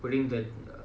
putting the uh